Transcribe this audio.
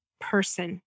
person